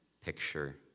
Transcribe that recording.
picture